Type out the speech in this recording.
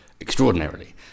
extraordinarily